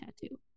tattoo